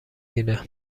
گیره